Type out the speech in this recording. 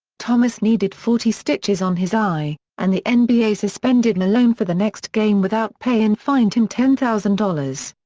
thomas needed forty stitches on his eye, and the nba suspended malone for the next game without pay and fined him ten thousand dollars.